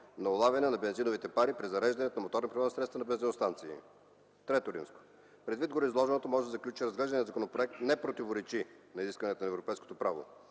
на улавяне на бензиновите пари при зареждането на моторни превозни средства на бензиностанции. III. Предвид гореизложеното може да се заключи, че разглеждания законопроект не противоречи на изискванията на европейското право.